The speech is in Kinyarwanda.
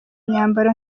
imyambaro